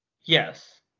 Yes